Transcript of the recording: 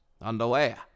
Underwear